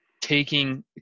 taking